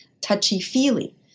touchy-feely